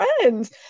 friends